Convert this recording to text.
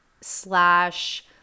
slash